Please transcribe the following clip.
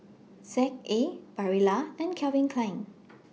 Z A Barilla and Calvin Klein